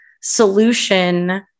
solution